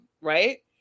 Right